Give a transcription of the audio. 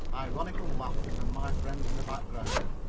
ironical laughter from my friends in the background.